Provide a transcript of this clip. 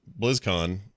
BlizzCon